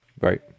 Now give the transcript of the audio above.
Right